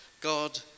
God